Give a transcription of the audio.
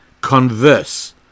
Converse